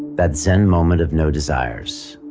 that zen moment of no desires.